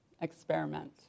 experiment